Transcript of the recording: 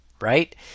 right